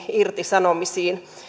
irtisanomisiin